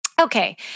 Okay